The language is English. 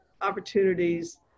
opportunities